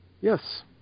Yes